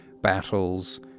battles